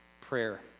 prayer